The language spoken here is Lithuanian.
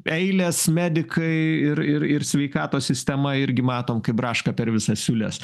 eilės medikai ir ir ir sveikatos sistema irgi matom kaip braška per visas siūles